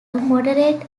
moderate